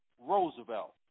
Roosevelt